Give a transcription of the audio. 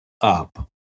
up